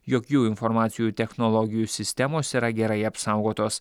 jog jų informacijų technologijų sistemos yra gerai apsaugotos